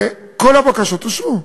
כל הבקשות אושרו.